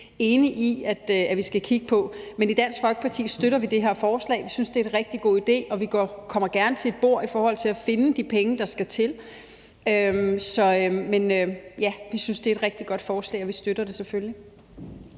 enig i at vi skal kigge på. I Dansk Folkeparti støtter vi det her forslag. Vi synes, det her er en rigtig god idé, og vi kommer gerne til et bord i forhold til at finde de penge, der skal til. Så vi synes, det er et rigtig godt forslag, og vi støtter det selvfølgelig.